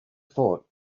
thought